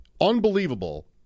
Unbelievable